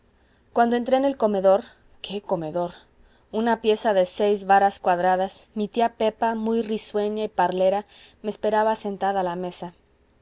cuando entré en el comedor qué comedor una pieza de seis varas cuadradas mi tía pepa muy risueña y parlera me esperaba sentada a la mesa